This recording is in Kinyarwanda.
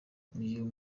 uyu